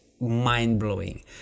mind-blowing